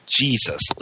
Jesus